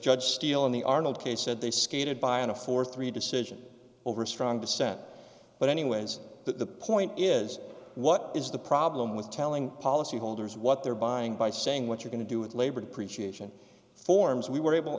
just steel in the arnold case said they skated by on a forty three decision over strong dissent but anyways the point is what is the problem with telling policyholders what they're buying by saying what you're going to do with labor depreciation forms we were able